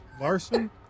Larson